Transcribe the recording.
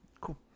Cool